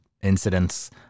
incidents